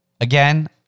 Again